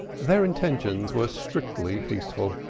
their intentions were strictly peaceful.